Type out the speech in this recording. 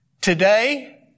Today